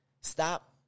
Stop